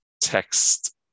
Text